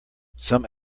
some